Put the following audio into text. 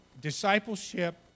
discipleship